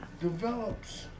develops